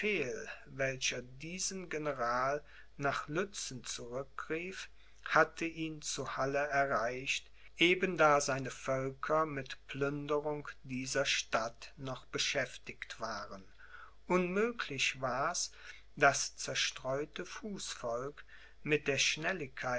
welcher diesen general nach lützen zurückrief hatte ihn zu halle erreicht eben da seine völker mit plünderung dieser stadt noch beschäftigt waren unmöglich war's das zerstreute fußvolk mit der schnelligkeit